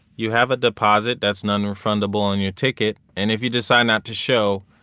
you have a deposit that's non-refundable in your ticket. and if you decide not to show,